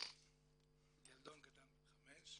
לילדון קטן בן חמש.